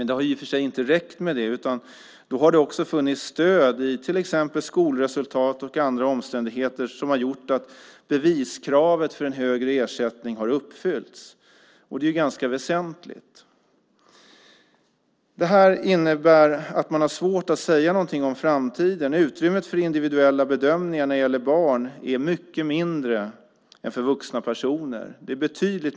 Det har i och för sig inte räckt med det, utan då har det också funnits stöd i till exempel skolunderlag och andra omständigheter som har gjort att beviskravet för en högre ersättning har uppfyllts. Det är ganska väsentligt. Det här innebär att man har svårt att säga någonting om framtiden. Utrymmet för individuella bedömningar när det gäller barn är betydligt mycket mindre än för vuxna personer.